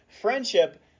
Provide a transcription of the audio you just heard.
friendship